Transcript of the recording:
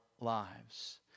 lives